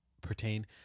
pertain